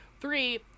Three